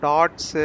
Dots